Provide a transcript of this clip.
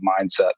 mindset